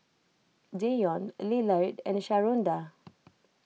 Deion Lillard and Sharonda